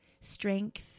strength